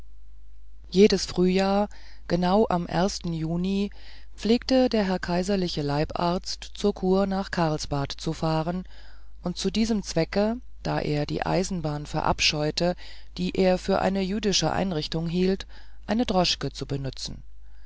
jedes frühjahr genau am juni pflegte der herr kaiserliche leibarzt zur kur nach karlsbad zu fahren und zu diesem zwecke da er die eisenbahn verabscheute die er für eine jüdische einrichtung hielt eine droschke zu benützen